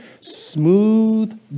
smooth